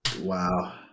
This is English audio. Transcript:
Wow